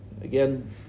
again